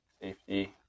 safety